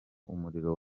umuriro